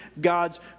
God's